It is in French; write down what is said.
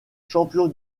champion